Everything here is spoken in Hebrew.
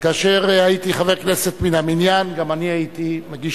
כאשר הייתי חבר כנסת מן המניין גם אני הייתי מגיש